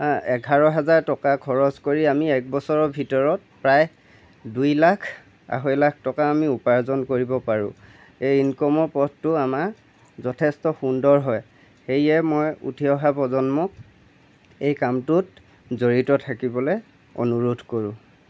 এঘাৰ হাজাৰ টকা খৰচ কৰি আমি এক বছৰৰ ভিতৰত প্ৰায় দুই লাখ আঢ়ৈ লাখ টকা আমি ওপাৰ্জন কৰিব পাৰোঁ এই ইনকামৰ পথটো আমাৰ যথেষ্ট সুন্দৰ হয় সেয়ে মই উঠি অহা প্ৰজন্মক এই কামটোত জড়িত থাকিবলৈ অনুৰোধ কৰোঁ